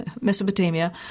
Mesopotamia